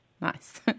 Nice